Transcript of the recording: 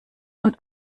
und